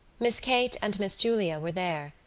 miss kate and miss julia were there,